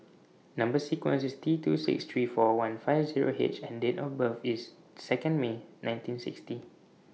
Number sequence IS T two six three four one five Zero H and Date of birth IS Second May nineteen sixty